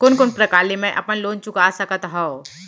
कोन कोन प्रकार ले मैं अपन लोन चुका सकत हँव?